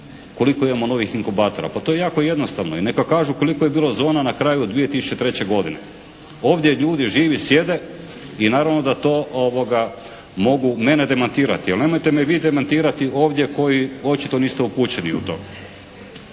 koliko imamo novih inkubatora, pa to je jako jednostavno i neka kažu koliko je bilo zona na kraju 2003. godine. Ovdje ljudi živi sjede i naravno da to mogu mene demantirati, ali nemojte me vi demantirati ovdje koji očito niste upućeni u to.